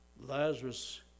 Lazarus